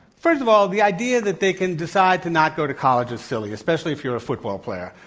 first of all the idea that they can decide to not go to college is silly, especially if you're a football player.